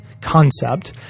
concept